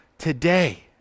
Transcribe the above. Today